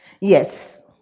Yes